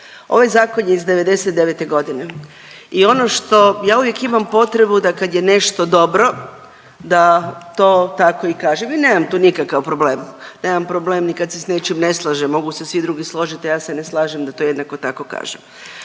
Ovaj zakon je iz '99. godine i ono što ja uvijek imam potrebu da kad je nešto dobro da to tako i kažem i nemam tu nikakav problem. Nemam problem ni kad se s nečim ne slažem, mogu se svi drugi složiti, a ja se ne slažem da to jednako tako kažem.